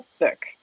book